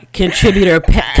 Contributor